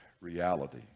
reality